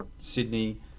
Sydney